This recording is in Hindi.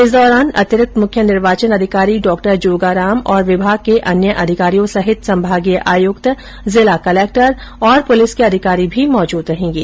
इस दौरान अतिरिक्त मुख्य निर्वाचन अधिकारी डॉ जोगाराम और विभाग के अन्य अधिकारियों सहित संभागीय आयुक्त जिला कलेक्टर तथा पुलिस के अधिकारी भी मौजूद रहेंगे